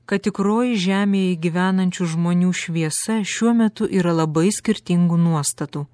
kad tikroji žemėje gyvenančių žmonių šviesa šiuo metu yra labai skirtingų nuostatų